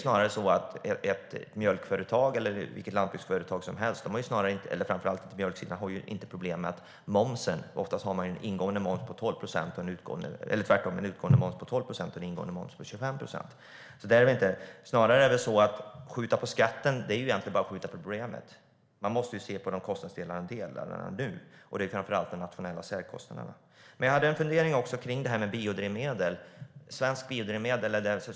Framför allt mjölkföretagen har ju inte något problem med momsen, för de har en utgående moms på 12 procent och en ingående moms på 25 procent. Att skjuta på skatten är snarare att bara skjuta på problemet. Man måste se på kostnadsdelarna nu, framför allt de nationella särkostnaderna. Jag hade också en fundering kring detta med svenskt biodrivmedel.